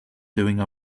doing